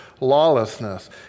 lawlessness